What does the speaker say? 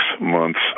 months